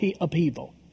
upheaval